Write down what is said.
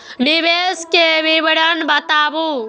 निवेश के विवरण बताबू?